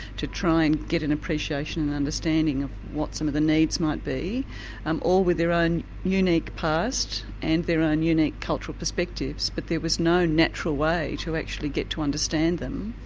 to try and get an appreciation and understanding of what some of the needs might be um all with their own unique past and their own unique cultural perspectives. but there was no natural way to actually get to understand them.